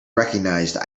recognized